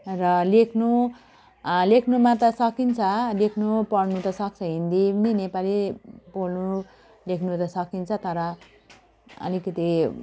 र लेख्नु लेख्नुमा त सकिन्छ लेख्नु पढ्नु त सक्छ हिन्दी पनि नेपाली बोल्नु लेख्नु त सकिन्छ तर अलिकति